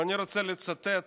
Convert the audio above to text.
ואני רוצה לצטט